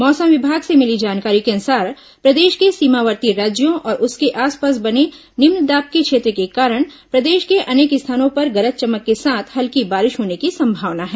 मौसम विभाग से मिली जानकारी के अनुसार प्रदेश के सीमावर्ती राज्यों और उसके आसपास बने निम्नदाब के क्षेत्र के कारण प्रदेश के अनेक स्थानों पर गरज चमक के साथ हल्की बारिश होने की संभावना है